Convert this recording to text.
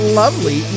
lovely